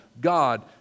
God